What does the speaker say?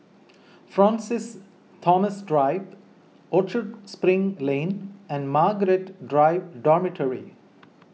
Francis Thomas Drive Orchard Spring Lane and Margaret Drive Dormitory